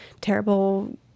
terrible